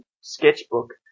sketchbook